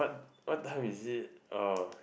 what what time is it orh